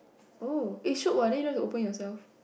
oh eh shiok what then you don't have to open yourself